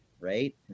right